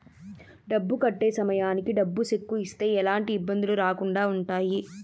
డబ్బు కట్టే సమయానికి డబ్బు సెక్కు ఇస్తే ఎలాంటి ఇబ్బందులు రాకుండా ఉంటాయి